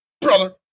Brother